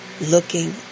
looking